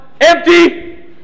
empty